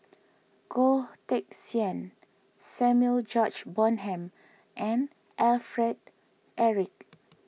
Goh Teck Sian Samuel George Bonham and Alfred Eric